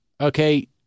okay